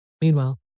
Meanwhile